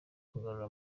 kugarura